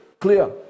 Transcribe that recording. clear